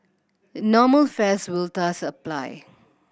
normal fares will thus apply